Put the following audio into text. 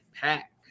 pack